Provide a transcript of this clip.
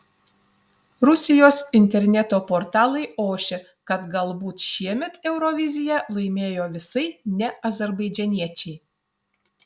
rusijos interneto portalai ošia kad galbūt šiemet euroviziją laimėjo visai ne azerbaidžaniečiai